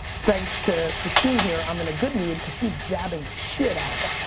thanks to christin here, i'm in a good mood cause she's jabbing the shit out of it.